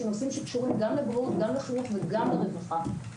נושאים שקשורים גם לבריאות, גם לחינוך וגם לרווחה.